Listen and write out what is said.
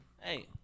Hey